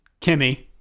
Kimmy